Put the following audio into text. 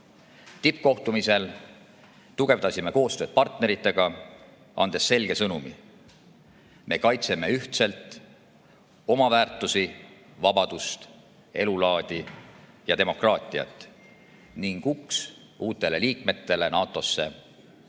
Tippkohtumisel tugevdasime koostööd partneritega, andes selge sõnumi: me kaitseme ühtselt oma väärtusi, vabadust, elulaadi ja demokraatiat ning uks uutele liikmetele NATO-sse on